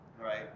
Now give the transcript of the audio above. right